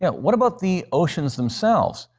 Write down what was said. yeah what about the oceans themselves?